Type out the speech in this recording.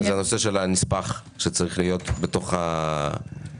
נושא הנספח שצריך להיות בתוך כתב הזיכיון.